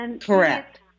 Correct